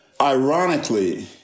ironically